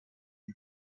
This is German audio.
die